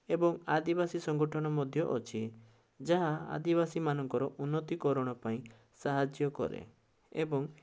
ଏବଂ ଆଦିବାସୀ ସଂଗଠନ ମଧ୍ୟ ଅଛି ଯାହା ଆଦିବାସୀମାନଙ୍କର ଉନ୍ନତିକରଣ ପାଇଁ ସହାଯ୍ୟ କରେ ଏବଂ